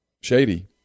shady